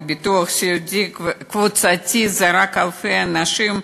וביטוח סיעודי וקבוצתי זרק אלפי אנשים,